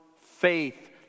faith